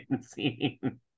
scene